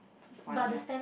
so funny hor